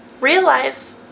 realize